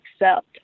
accept